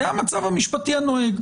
זה המצב המשפטי הנוהג.